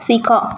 ଶିଖ